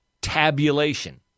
tabulation